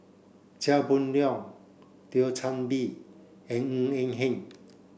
Chia Boon Leong Thio Chan Bee and Ng Eng Hen